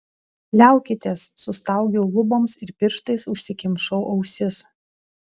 liaukitės sustaugiau luboms ir pirštais užsikimšau ausis